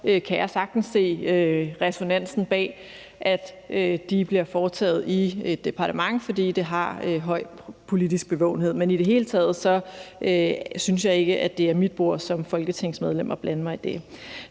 jeg sagtens se ræsonnementet bag, at de bliver foretaget i et departement, fordi det har høj politisk bevågenhed. Men i det hele taget synes jeg ikke at det er mit bord som folketingsmedlem at blande mig i det.